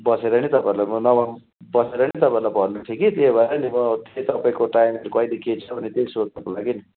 बसेर नै तपाईँहरूलाई म नभए पनि बसेरै नै तपाईँलाई भन्ने थिएँ कि त्यो भएर नि म त्यो तपाईँको टाइम कहिले के छ भनेर त्यही सोध्नुको लागि नि